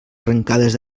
arrancades